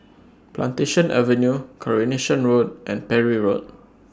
Plantation Avenue Coronation Road and Parry Road